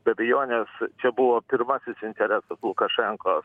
be abejonės čia buvo pirmasis interesas lukašenkos